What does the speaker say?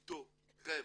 איתכם,